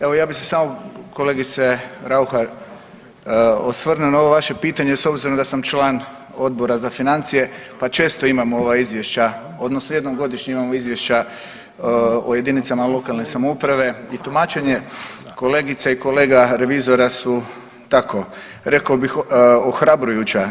Evo ja bih se samo kolegice Raukar osvrnuo na ovo vaše pitanje s obzirom da sam član Odbora za financije, pa često imam ova izvješća, odnosno jednom godišnje imamo izvješća o jedinicama lokalne samouprave i tumačenje kolegice i kolega revizora su tako, rekao bih ohrabrujuća.